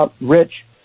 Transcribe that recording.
rich